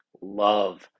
Love